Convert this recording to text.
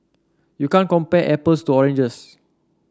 you can't compare apples to oranges